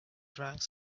drank